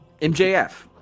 MJF